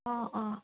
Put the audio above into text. অঁ অঁ